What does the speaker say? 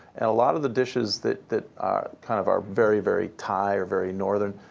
and a lot of the dishes that that are kind of are very, very thai or very northern,